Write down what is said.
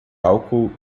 álcool